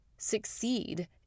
succeed